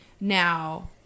now